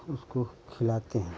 उसको खिलाते हैं